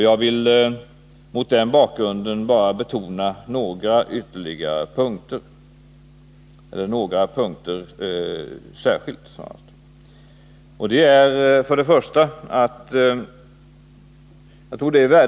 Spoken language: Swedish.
Jag vill mot den bakgrunden särskilt betona några punkter.